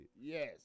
Yes